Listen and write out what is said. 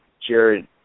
Jared